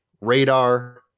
radar